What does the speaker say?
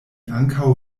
ankaŭ